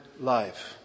life